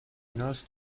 nurse